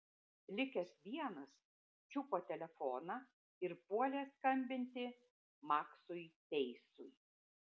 likęs vienas čiupo telefoną ir puolė skambinti maksui peisui